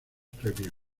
premios